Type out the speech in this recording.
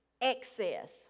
excess